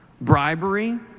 bribery